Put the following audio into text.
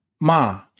ma